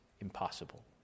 impossible